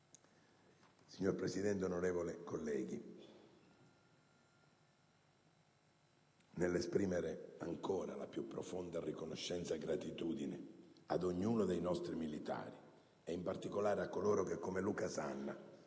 Signor Presidente, onorevoli colleghi, nell'esprimere ancora la più profonda riconoscenza e gratitudine ad ognuno dei nostri militari e, in particolare, a coloro che come Luca Sanna